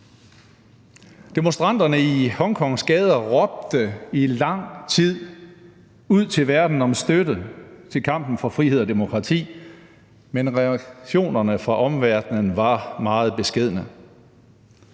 Demonstranterne i Hongkongs gader råbte i lang tid ud til verden om støtte til kampen for frihed og demokrati. Men reaktionerne fra omverdenen var meget beskedne.